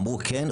אמרו: כן,